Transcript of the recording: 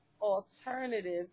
alternative